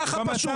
ככה פשוט.